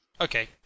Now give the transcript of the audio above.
Okay